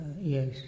yes